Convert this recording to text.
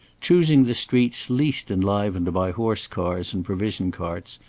choosing the streets least enlivened by horse-cars and provision-carts,